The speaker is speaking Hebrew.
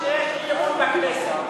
זו הפעם האחרונה שיש אי-אמון בכנסת,